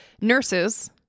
nurses